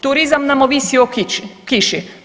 Turizam nam ovisi o kiši.